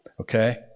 okay